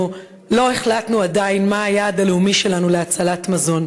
לא החלטנו עדיין מה היעד הלאומי שלנו להצלת מזון: